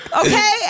Okay